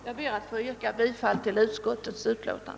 Jag yrkar bifall till utskottets hemställan.